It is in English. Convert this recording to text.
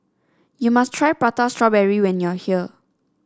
you must try Prata Strawberry when you are here